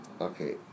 Okay